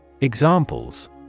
Examples